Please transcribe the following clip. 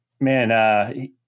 Man